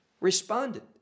responded